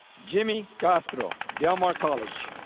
jimmy castro, del mar college.